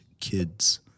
kids